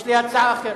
יש לי הצעה אחרת: